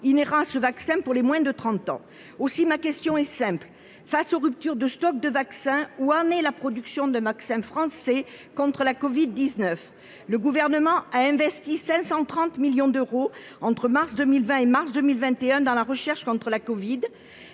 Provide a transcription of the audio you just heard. inhérents à ce vaccin pour les moins de 30 ans. Aussi, ma question est simple : face aux ruptures de stocks de vaccins, où en est la production d'un vaccin français contre la covid-19 ? C'est honteux ! Le Gouvernement a investi 530 millions d'euros entre les mois de mars 2020 et de mars 2021 dans la recherche contre la